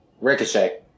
Ricochet